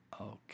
Okay